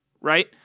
right